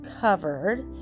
covered